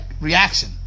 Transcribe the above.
reaction